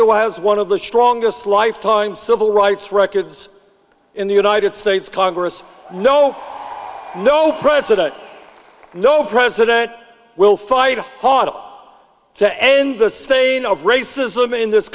who has one of the strongest lifetime civil rights records in the united states congress no the no president no no president will fight hard on how to end the stain of racism in this